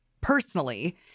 personally